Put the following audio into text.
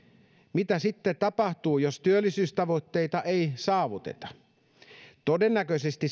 mitä sitten tapahtuu jos työllisyystavoitteita ei saavuteta todennäköisesti